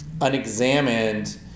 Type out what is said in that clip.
unexamined